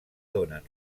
donen